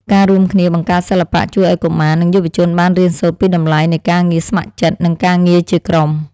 ការរួមគ្នាបង្កើតសិល្បៈជួយឱ្យកុមារ និងយុវជនបានរៀនសូត្រពីតម្លៃនៃការងារស្ម័គ្រចិត្ត និងការងារជាក្រុម។